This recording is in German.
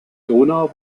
donau